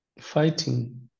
fighting